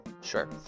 Sure